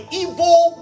evil